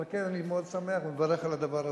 ועל כן אני מאוד שמח ומברך על הדבר הזה.